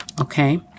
okay